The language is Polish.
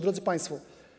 Drodzy Państwo!